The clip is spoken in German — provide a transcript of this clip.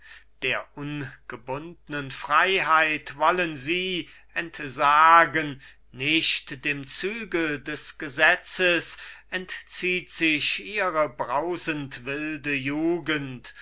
der ungebundnen freiheit wollen sie entsagen nicht dem zügel des gesetzes entzieht sich ihre brausend wilde jugend